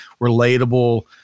relatable